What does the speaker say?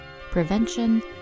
prevention